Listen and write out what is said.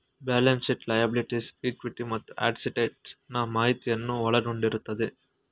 balance sheet liabilities, equity ಮತ್ತು assets ನಾ ಮಾಹಿತಿಯನ್ನು ಒಳಗೊಂಡಿರುತ್ತದೆ